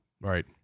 right